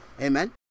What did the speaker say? Amen